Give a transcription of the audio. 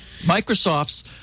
Microsoft's